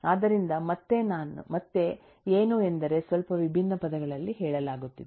ಆದ್ದರಿಂದ ಮತ್ತೆ ಏನು ಎಂದರೆ ಸ್ವಲ್ಪ ವಿಭಿನ್ನ ಪದಗಳಲ್ಲಿ ಹೇಳಲಾಗುತ್ತಿದೆ